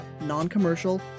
non-commercial